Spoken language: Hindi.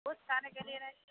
उस थाने के लिए नहीं